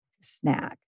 Snack